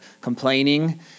complaining